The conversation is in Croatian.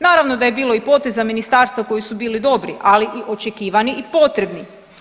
Naravno da je bilo i poteza ministarstva koji su bili, ali i očekivani i potrebni.